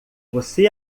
você